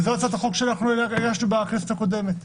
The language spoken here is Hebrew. זאת הצעת החוק שהגשנו בכנסת הקודמת.